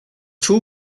too